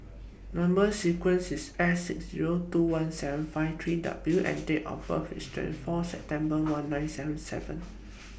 Number sequences IS S six Zero two one seven five three W and Date of birth IS twenty four September one nine seven seven